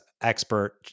expert